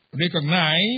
recognize